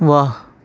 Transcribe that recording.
واہ